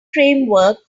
framework